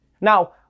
Now